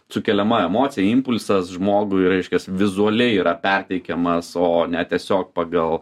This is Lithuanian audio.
sukeliama emocija impulsas žmogui reiškias vizualiai yra perteikiamas o ne tiesiog pagal